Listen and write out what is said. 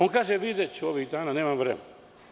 On kaže – videću ovih dana, nemam vremena.